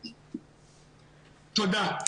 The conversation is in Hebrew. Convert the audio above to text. תודה.